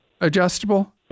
adjustable